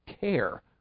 care